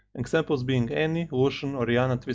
examples being annie, lucian, orianna,